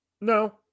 no